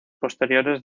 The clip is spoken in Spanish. posteriores